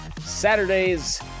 Saturdays